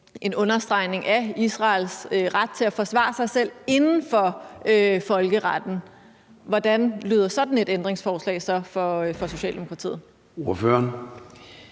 en understregning af Israels ret til at forsvare sig selv inden for folkeretten, hvordan lyder sådan et ændringsforslag så for Socialdemokratiet?